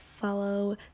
follow